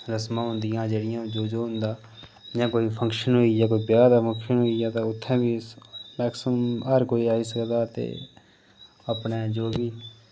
रस्मां होंदियां जेह्ड़ियां जो जो होंदा जियां कोई फंक्शन होई गेआ कोई ब्याह् दा फंक्शन होई गेआ ते उत्थै बी मैक्सीमम हर कोई आई सकदा ते अपने जो बी